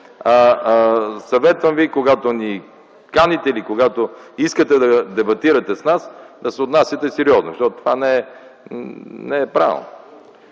Съветвам ви, когато ни каните или когато искате да дебатирате с нас, да се отнасяте сериозно, защото това не е правилно